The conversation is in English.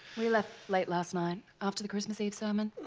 we left late last night. after the christmas eve sermon.